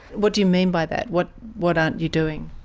what do you mean by that? what what aren't you doing?